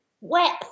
wet